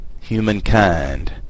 humankind